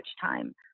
time